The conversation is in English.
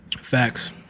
Facts